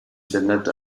janet